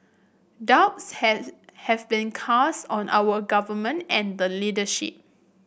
doubts have been cast on our Government and the leadership